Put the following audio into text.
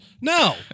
No